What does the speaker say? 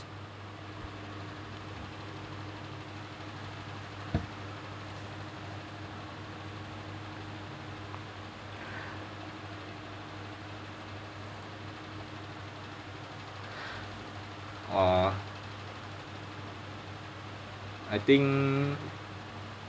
uh I think